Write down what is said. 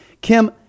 Kim